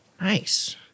Nice